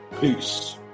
peace